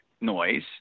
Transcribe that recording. noise